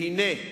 והנה,